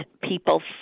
people